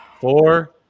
four